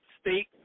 state